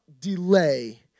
delay